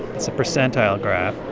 it's a percentile graph.